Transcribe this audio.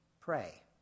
pray